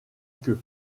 queue